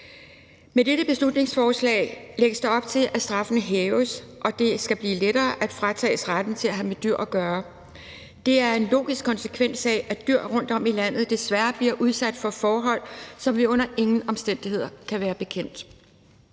Med dette beslutningsforslag lægges der op til, at straffen hæves og det skal blive lettere at fratage folk retten til at have med dyr at gøre. Det er en logisk konsekvens af, at dyr rundtomkring i landet desværre bliver udsat for forhold, som vi under ingen omstændigheder kan være bekendt.